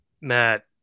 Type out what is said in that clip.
matt